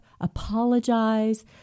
apologize